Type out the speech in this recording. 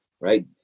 right